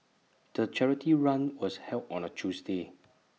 the charity run was held on A Tuesday